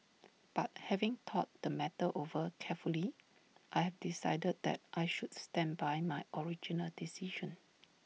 but having thought the matter over carefully I have decided that I should stand by my original decision